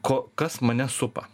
ko kas mane supa